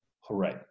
hooray